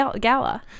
gala